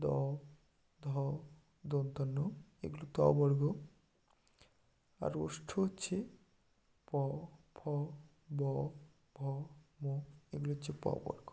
দ ধ দন্ত্যে ন এগুলো ত বর্গ আর ওষ্ঠ হচ্ছে প ফ ব ভ ম এগুলো হচ্ছে প বর্গ